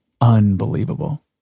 unbelievable